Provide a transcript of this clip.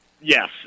Yes